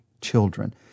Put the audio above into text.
children